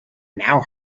now